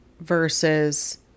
versus